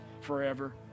forever